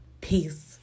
Peace